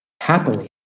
happily